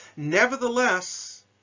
nevertheless